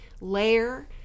layer